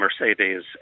Mercedes